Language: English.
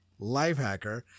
Lifehacker